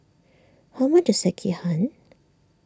how much is Sekihan